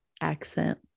accent